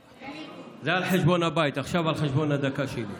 זה על חשבון הבית, עכשיו על חשבון הדקה שלי.